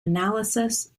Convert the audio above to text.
analysis